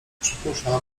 przypuszczam